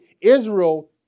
Israel